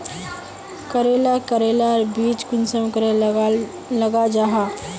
करेला करेलार बीज कुंसम करे लगा जाहा?